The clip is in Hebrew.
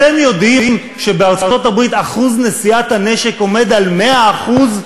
אתם יודעים שבארצות-הברית שיעור נשיאת הנשק עומד על 100%?